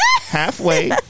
Halfway